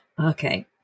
Okay